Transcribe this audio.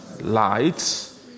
Lights